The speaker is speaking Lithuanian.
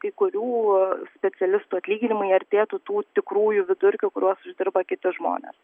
kai kurių specialistų atlyginimai artėtų tų tikrųjų vidurkio kuriuos uždirba kitus žmones